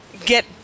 get